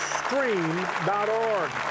stream.org